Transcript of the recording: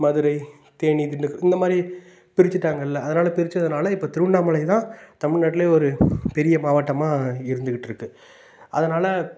மதுரை தேனி திண்டுக் இந்த மாதிரி பிரிச்சிட்டாங்கள்ல அதனால் பிரிச்சதனால இப்போ திருவண்ணாமலைதான் தமிழ்நாட்டிலே ஒரு பெரிய மாவட்டமாக இருந்துக்கிட்டு இருக்குது அதனால்